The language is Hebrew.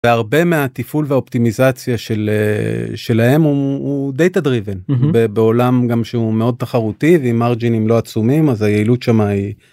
והרבה מהטיפול ואופטימיזציה שלהם הוא דייטדרייבן בעולם גם שהוא מאוד תחרותי ועם מרג'ינים לא עצומים אז היעילות שמה היא.